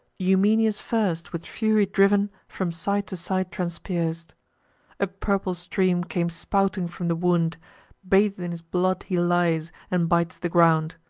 eumenius first, with fury driv'n, from side to side transpierc'd a purple stream came spouting from the wound bath'd in his blood he lies, and bites the ground.